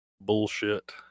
bullshit